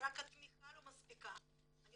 אם